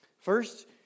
First